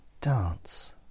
Dance